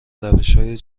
روشهای